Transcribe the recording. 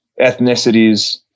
ethnicities